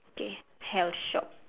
okay health shop